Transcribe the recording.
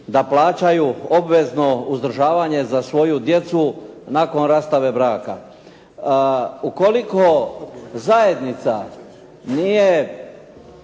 da plaćaju obvezno uzdržavanje za svoju djecu nakon rastave braka. Ukoliko zajednica nije